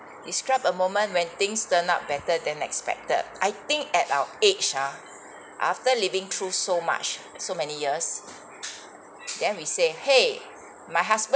describe a moment when things turn out better than expected I think at our age ah after living through so much so many years then we say !hey! my husband